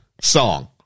song